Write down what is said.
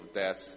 death